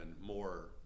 more